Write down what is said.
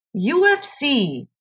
UFC